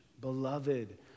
beloved